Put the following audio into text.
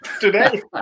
Today